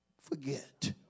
forget